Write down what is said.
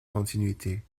continuité